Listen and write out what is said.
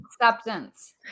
Acceptance